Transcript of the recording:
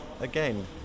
Again